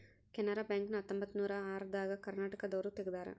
Canara bank ನ ಹತ್ತೊಂಬತ್ತನೂರ ಆರ ದಾಗ ಕರ್ನಾಟಕ ದೂರು ತೆಗ್ದಾರ